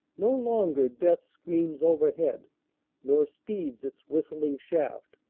no longer death screams overhead nor speeds its whistling shaft.